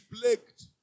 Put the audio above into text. plagued